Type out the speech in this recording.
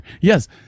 Yes